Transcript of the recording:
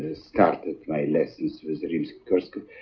ah started my lessons with rimsky-korsakov